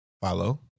follow